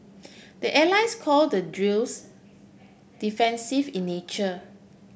the allies call the drills defensive in nature